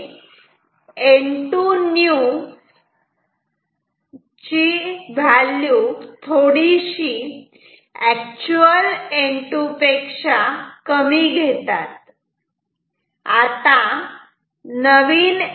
इथे N2new हे थोडेसे N2 पेक्षा कमी घेतात